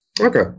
Okay